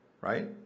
right